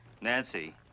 Nancy